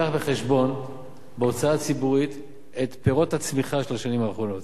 בחשבון בהוצאה הציבורית את פירות הצמיחה של השנים האחרונות.